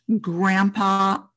grandpa